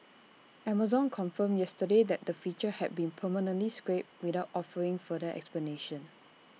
Amazon confirmed yesterday that the feature had been permanently scrapped without offering further explanation